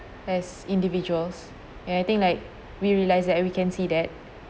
as individuals and I think like we realised that and we can see that